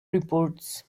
reports